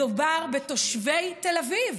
מדובר בתושבי תל אביב,